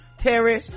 Terry